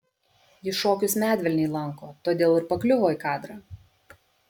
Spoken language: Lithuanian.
ji šokius medvilnėj lanko todėl ir pakliuvo į kadrą